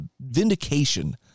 vindication